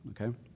okay